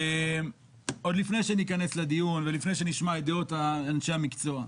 עוד לפני שניכנס לדיון ולפני שנשמע את דעות אנשי המקצוע,